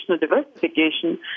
diversification